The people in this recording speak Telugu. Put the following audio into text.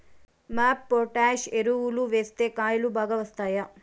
మాప్ పొటాష్ ఎరువులు వేస్తే కాయలు బాగా వస్తాయా?